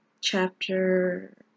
chapter